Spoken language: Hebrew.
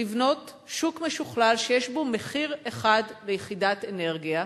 לבנות שוק משוכלל שיש בו מחיר אחד ליחידת אנרגיה,